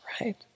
right